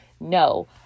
no